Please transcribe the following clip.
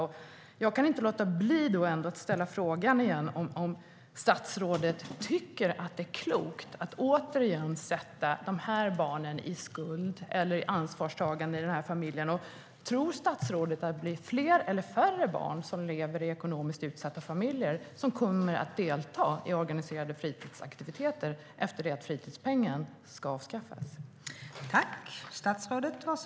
Då kan jag inte låta bli att ställa frågan igen om statsrådet tycker att det är klokt att åter låta dessa barn känna skuld eller ansvarstagande för familjen. Tror statsrådet att det blir fler eller färre barn som lever i ekonomiskt utsatta familjer som kommer att delta i organiserade fritidsaktiviteter efter att fritidspengen avskaffas?